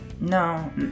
no